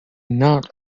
not